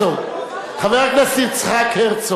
גם ככה האופוזיציה מדולדלת,